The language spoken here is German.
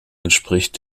entspricht